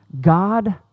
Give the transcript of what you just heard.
God